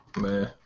man